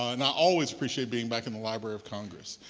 and i always appreciate being back in the library of congress.